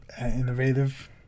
innovative